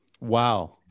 Wow